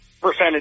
percentage